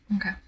Okay